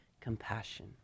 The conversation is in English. compassion